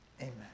Amen